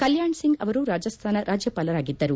ಕಲ್ಯಾಣ್ ಸಿಂಗ್ ಅವರು ರಾಜಸ್ತಾನ ರಾಜ್ಯಪಾಲರಾಗಿದ್ದರು